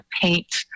paint